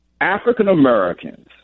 African-Americans